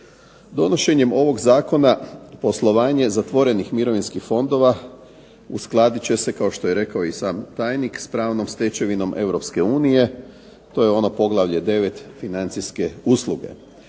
Donošenjem ovog zakona poslovanje zatvorenih mirovinskih fondova uskladit će se, kao što je rekao i sam tajnik, s pravnom stečevinom Europske unije, to je ono poglavlje 9.-Financijske usluge,